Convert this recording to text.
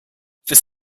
this